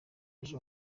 ejo